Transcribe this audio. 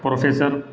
professor